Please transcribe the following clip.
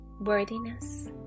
worthiness